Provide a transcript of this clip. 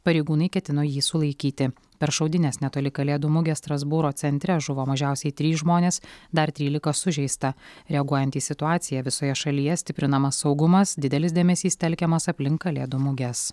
pareigūnai ketino jį sulaikyti per šaudynes netoli kalėdų mugės strasbūro centre žuvo mažiausiai trys žmonės dar trylika sužeista reaguojant į situaciją visoje šalyje stiprinamas saugumas didelis dėmesys telkiamas aplink kalėdų muges